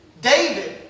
David